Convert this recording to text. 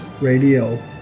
radio